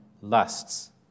lusts